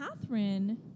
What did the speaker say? Catherine